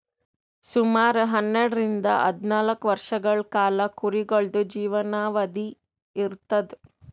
ಸುಮಾರ್ ಹನ್ನೆರಡರಿಂದ್ ಹದ್ನಾಲ್ಕ್ ವರ್ಷಗಳ್ ಕಾಲಾ ಕುರಿಗಳ್ದು ಜೀವನಾವಧಿ ಇರ್ತದ್